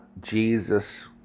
Jesus